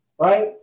right